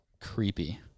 creepy